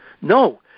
No